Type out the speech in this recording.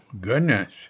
goodness